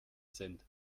sind